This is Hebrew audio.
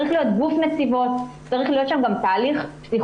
אלא צריך להיות גוף נציבות וצריך להיות שם גם תהליך פסיכולוגי,